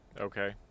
Okay